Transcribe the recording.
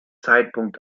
zeitpunkt